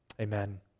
Amen